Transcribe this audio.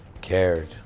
cared